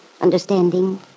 Understanding